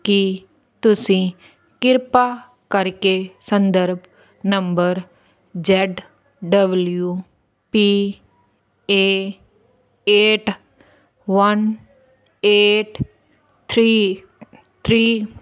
ਕੀ ਤੁਸੀਂ ਕਿਰਪਾ ਕਰਕੇ ਸੰਦਰਭ number Z W P A eight one eight three three